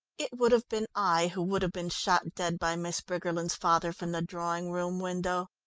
it would have been i, who would have been shot dead by miss briggerland's father from the drawing-room window.